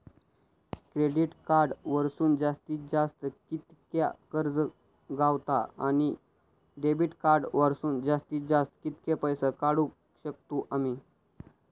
Credit card वरसून जास्तीत जास्त कितक्या कर्ज गावता, आणि डेबिट कार्ड वरसून जास्तीत जास्त कितके पैसे काढुक शकतू आम्ही?